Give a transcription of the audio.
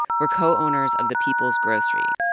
were co-owners of the people's grocery,